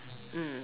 mm